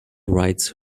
rides